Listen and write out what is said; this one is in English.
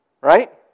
Right